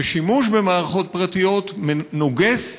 ושימוש במערכות פרטיות נוגס,